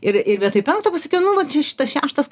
ir ir vietoj penkto pasakiau nu vat čia šitas šeštas